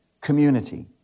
community